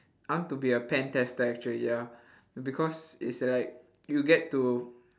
I want to be a pen tester actually ya because it's like you get to